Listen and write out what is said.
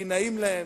כי נעים להם,